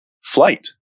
flight